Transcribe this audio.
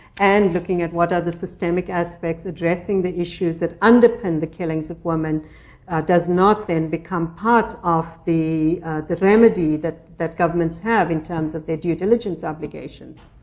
and looking at, what are the systemic aspects? addressing the issues that underpin the killings of women does not, then, become part of the remedy that that governments have, in terms of their due diligence obligations.